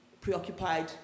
preoccupied